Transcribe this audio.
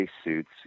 spacesuits